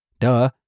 Duh